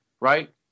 right